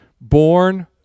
born